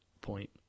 point